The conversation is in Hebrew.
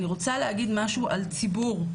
אני רוצה להגיד משהו על ציבור.